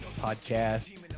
Podcast